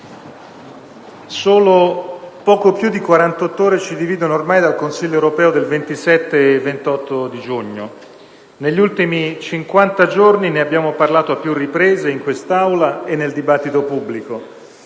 Solo poco più di quarantotto ore ci dividono ormai dal Consiglio europeo del 27 e 28 giugno. Negli ultimi cinquanta giorni ne abbiamo parlato a più riprese, in quest'Aula e nel dibattito pubblico.